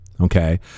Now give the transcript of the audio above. Okay